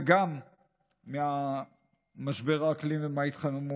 וגם ממשבר האקלים ומההתחממות,